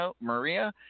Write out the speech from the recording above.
Maria